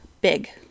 Big